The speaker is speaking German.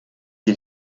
sie